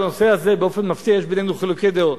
בנושא הזה, באופן מפתיע, יש בינינו חילוקי דעות.